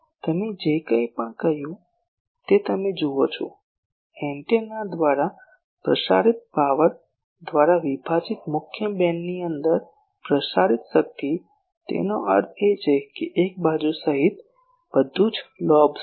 તમે જે કંઈપણ કહ્યું તે તમે જુઓ છો એન્ટેના દ્વારા પ્રસારિત પાવર દ્વારા વિભાજિત મુખ્ય બીમની અંદર પ્રસારિત શક્તિ તેનો અર્થ એ છે કે એક બાજુ સહિત બધું જ લોબ્સ છે